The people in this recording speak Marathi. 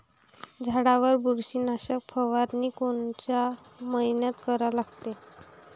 झाडावर बुरशीनाशक फवारनी कोनच्या मइन्यात करा लागते?